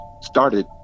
started